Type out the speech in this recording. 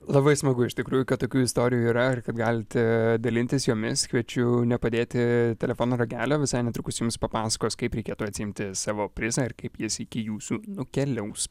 labai smagu iš tikrųjų kad tokių istorijų yra ir kad galite dalintis jomis kviečiu nepadėti telefono ragelio visai netrukus jums papasakos kaip reikėtų atsiimti savo prizą ir kaip jis iki jūsų nukeliaus